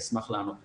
אשמח לענות לשאלות.